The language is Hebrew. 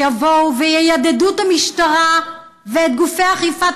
שיבואו ויידדו את המשטרה ואת גופי אכיפת